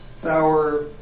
Sour